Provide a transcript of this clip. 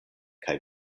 kaj